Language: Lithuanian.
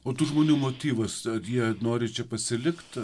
o tų žmonių motyvus ar jie nori čia pasilikti